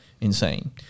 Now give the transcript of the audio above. insane